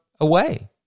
away